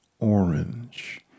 orange